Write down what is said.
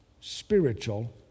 Spiritual